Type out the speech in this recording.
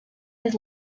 his